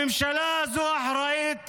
הממשלה הזו אחראית